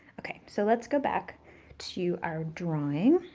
okay. so let's go back to our drawing.